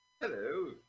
Hello